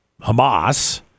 Hamas